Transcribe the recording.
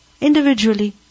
Individually